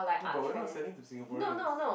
no but we are not selling to Singaporeans